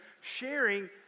sharing